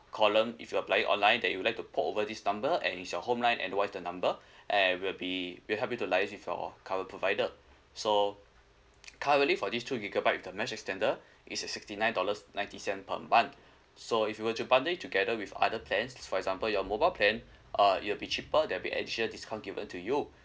column if you applying online that you like to port over this number and is your home line and what's the number and we'll be we'll help you to liaise with your current provider so currently for this two gigabyte the mesh extender it's a sixty nine dollars ninety cent per month so if you were to bundle it together with other plans for example your mobile plan uh it will be cheaper there be additional discount given to you